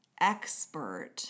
expert